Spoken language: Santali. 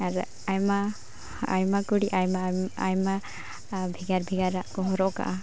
ᱟᱨ ᱟᱭᱢᱟᱼᱟᱭᱢᱟ ᱠᱩᱲᱤ ᱟᱭᱢᱟᱼᱟᱭᱢᱟ ᱵᱷᱮᱜᱟᱨᱼᱵᱷᱮᱜᱟᱨᱟᱜ ᱠᱚ ᱦᱚᱨᱚᱜᱟ